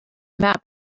map